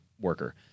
worker